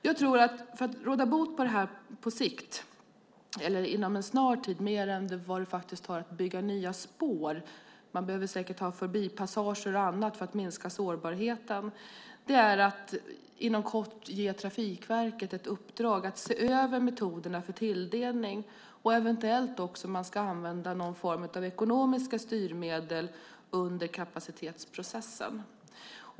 Ett sätt att råda bot på problemet inom en snar tid, snabbare än det går att bygga nya spår - det behövs säkert förbipassager och annat för att minska sårbarheten - är att inom kort ge Trafikverket ett uppdrag att se över metoderna för tilldelning och eventuellt också om man ska använda någon form av ekonomiska styrmedel under kapacitetsprocessen.